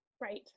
Right